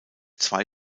zwei